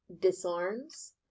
disarms